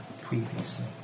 previously